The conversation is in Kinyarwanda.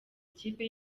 ikipe